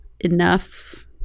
enough